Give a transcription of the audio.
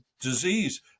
disease